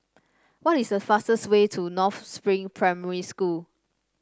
what is the fastest way to North Spring Primary School